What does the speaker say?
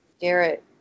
Garrett